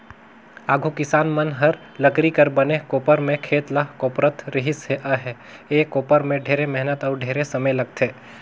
आघु किसान मन हर लकरी कर बने कोपर में खेत ल कोपरत रिहिस अहे, ए कोपर में ढेरे मेहनत अउ ढेरे समे लगथे